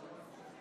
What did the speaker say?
56,